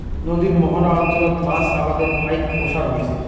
নদীর মোহনা অঞ্চলত মাছ আবাদের ফাইক ওসার হইচে